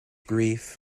grief